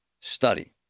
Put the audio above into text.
study